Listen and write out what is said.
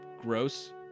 gross